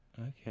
Okay